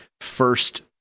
first